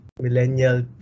Millennial